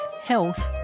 Health